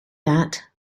that